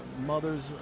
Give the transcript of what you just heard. mothers